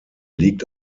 liegt